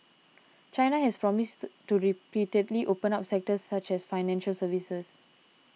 China has promised to repeatedly open up sectors such as financial services